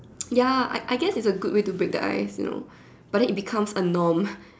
ya I I guess it's a good way to break the ice you know but then it becomes a norm